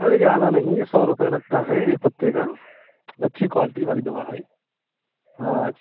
अरे ज़्यादा नही सौ रुपये लगता है एक पत्ते का अच्छी क्वालिटी वाली दवा है हाँ अच्छी